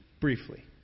briefly